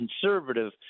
conservative